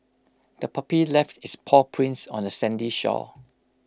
the puppy left its paw prints on the sandy shore